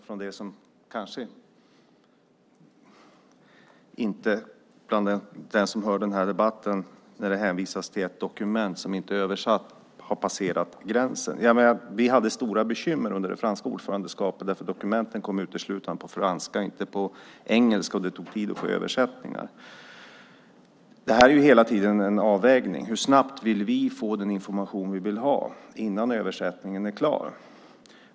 När debattåhörarna får höra att det hänvisas till ett dokument som inte är översatt har det kanske passerat gränsen. Vi hade stora bekymmer under det franska ordförandeskapet. Dokumenten kom uteslutande på franska och inte på engelska, och det tog tid att få översättningar. Detta är hela tiden en avvägning. Hur snabbt vill vi få den information vi vill ha innan översättningen är klar?